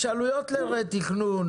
יש עלויות לרה-תכנון.